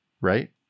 right